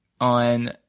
on